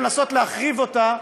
לנסות ולהחריב אותה,